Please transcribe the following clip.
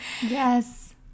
Yes